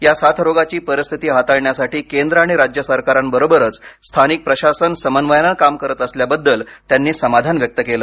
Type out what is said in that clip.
या साथरोगाची परिस्थिती हाताळण्यासाठी केंद्र आणि राज्य सरकारांबरोबर स्थानिक प्रशासन समन्वयानं काम करत असल्याबद्दल त्यांनी समाधान व्यक्त केलं